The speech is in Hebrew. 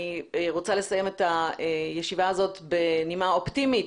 אני רוצה לסיים את הישיבה הזאת בנימה אופטימית.